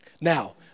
Now